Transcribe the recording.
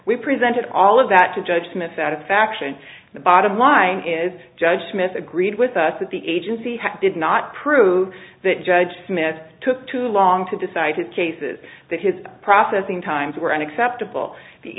we presented all of that to judge smith satisfaction the bottom line is judge smith agreed with us that the agency did not prove that judge smith took too long to decide cases that his processing times were unacceptable the